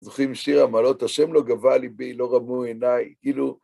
זוכים שיר המעלות, השם לא גבה ליבי, לא רמו עיניי, כאילו...